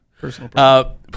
Personal